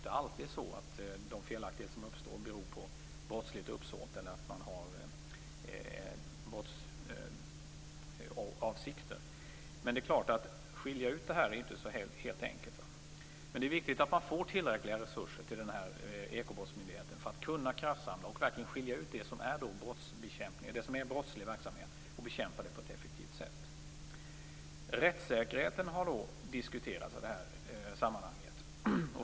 De felaktigheter som uppstår beror inte alltid på brottsligt uppsåt eller på att man har brottsavsikter. Men att skilja ut detta är inte så helt enkelt. Därför är det viktigt att ekobrottsmyndigheten får tillräckliga resurser för att kunna göra en kraftsamling och verkligen skilja ut det som är brottslig verksamhet och bekämpa det på ett effektivt sätt. Rättssäkerheten har diskuterats i det här sammanhanget.